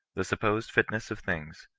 the supposed fitness of things,